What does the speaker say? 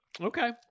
Okay